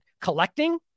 collecting